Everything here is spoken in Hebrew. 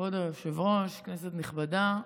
כבוד היושב-ראש, כנסת נכבדה,